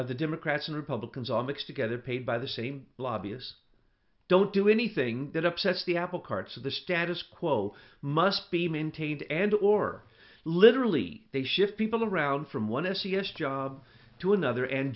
of the democrats and republicans are mixed together paid by the same lobbyist don't do anything that upsets the apple cart so the status quo must be maintained and or literally they shift people around from one s e s job to another and